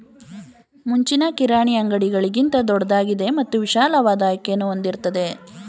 ಮುಂಚಿನ ಕಿರಾಣಿ ಅಂಗಡಿಗಳಿಗಿಂತ ದೊಡ್ದಾಗಿದೆ ಮತ್ತು ವಿಶಾಲವಾದ ಆಯ್ಕೆಯನ್ನು ಹೊಂದಿರ್ತದೆ